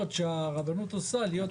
הוא יתחיל לעבוד ויעבור את ההכשרה תוך כדי?